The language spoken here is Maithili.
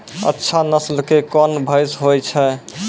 अच्छा नस्ल के कोन भैंस होय छै?